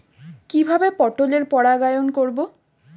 কিভাবে পটলের পরাগায়ন করব?